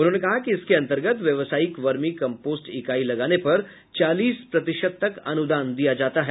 उन्होंने कहा कि इसके अन्तर्गत व्यवसायिक वर्मी कम्पोस्ट इकाई लगाने पर चालीस प्रतिशत तक अनुदान दिया जाता है